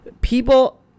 People